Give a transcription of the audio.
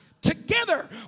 together